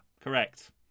Correct